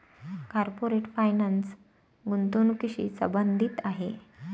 corporate finance गुंतवणुकीशी संबंधित आहे